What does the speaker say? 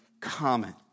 common